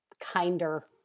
kinder